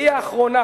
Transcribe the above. והיא האחרונה,